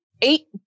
eight